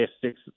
six